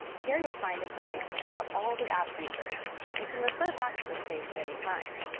here you'll find information about all the app features you can refer back to this page at any time.